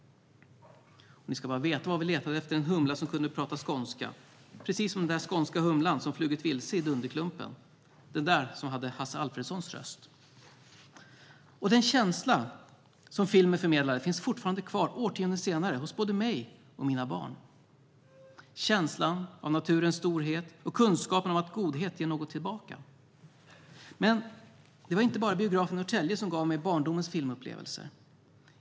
Ni ska bara veta hur vi letade efter en humla som kunde prata skånska, precis som den skånska humlan som flugit vilse i Dunderklumpen - den som hade Hasse Alfredsons röst. Den känsla som filmen förmedlade finns fortfarande kvar årtionden senare hos både mig och mina barn, känslan av naturens storhet och kunskapen om att godhet ger något tillbaka. Men det var inte bara biografen i Norrtälje som gav mig barndomens filmupplevelser.